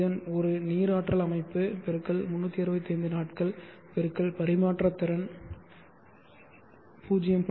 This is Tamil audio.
இதன் ஒரு நீர் ஆற்றல் அமைப்பு × 365 நாட்கள் × பரிமாற்ற திறன் 0